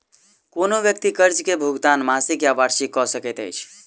कोनो व्यक्ति कर्ज के भुगतान मासिक या वार्षिक कअ सकैत अछि